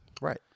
right